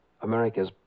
America's